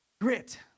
Grit